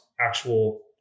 actual